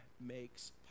makes